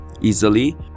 easily